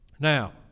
Now